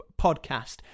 podcast